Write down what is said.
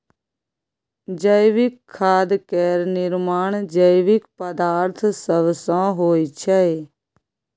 जैविक खाद केर निर्माण जैविक पदार्थ सब सँ होइ छै